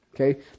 Okay